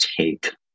take